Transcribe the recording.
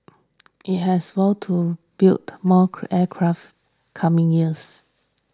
it has vowed to build more aircraft coming years